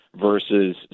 versus